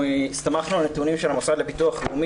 הסתמכנו על הנתונים של המוסד לביטוח לאומי,